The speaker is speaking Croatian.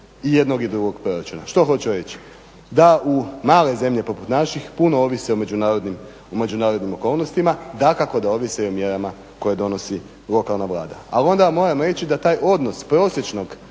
i jednog i drugog proračuna. Što hoću reći? Da male zemlje poput naših puno ovise o međunarodnim okolnostima, dakako da ovise i o mjerama koje donosi lokalna Vlada. Ali onda ja moram reći da taj odnos prosječnog